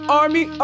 army